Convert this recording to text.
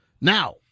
Now